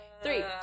Three